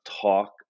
talk